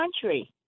country